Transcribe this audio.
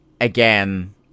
again